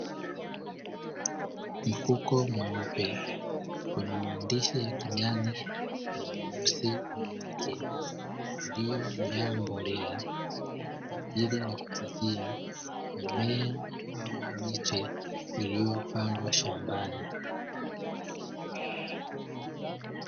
Mfuko mweupe wenye maandishi ya kijani na meusi juu yake, uliojaa mbolea kwa ajili ya kukuzia mimea au miche iliyopandwa shambani.